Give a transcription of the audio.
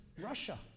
Russia